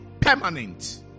permanent